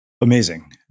Amazing